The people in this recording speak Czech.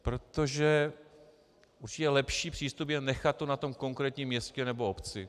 Protože je určitě lepší přístup nechat to na tom konkrétním městě nebo obci.